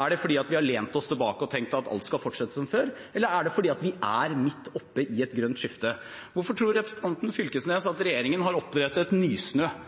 Er det fordi vi har lent oss tilbake og tenkt at alt skal fortsette som før, eller er det fordi vi er midt oppe i et grønt skifte? Hvorfor tror representanten Knag Fylkesnes at regjeringen har opprettet Nysnø